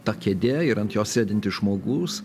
ta kėdė ir ant jos sėdintis žmogus